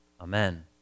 amen